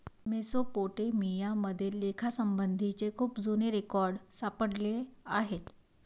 Mesopotamia मध्ये लेखासंबंधीचे खूप जुने रेकॉर्ड सापडले आहेत